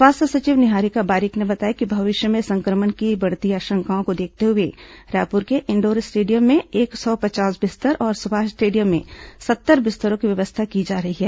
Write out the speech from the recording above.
स्वास्थ्य सचिव निहारिका बारिक ने बताया कि भविष्य में संक्रमण की बढ़ती आशंकाओं को देखते हुए रायपुर के इंडोर स्टेडियम में एक सौ पचास बिस्तर और सुभाष स्टेडियम में सत्तर बिस्तरों की व्यवस्था की जा रही है